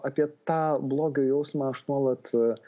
apie tą blogio jausmą aš nuolat